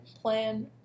plan